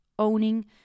owning